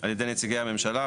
על ידי נציגי הממשלה,